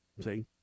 See